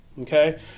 okay